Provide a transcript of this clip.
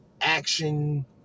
action